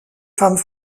femmes